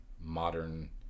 modern